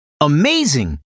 Amazing